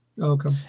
Okay